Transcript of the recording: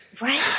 right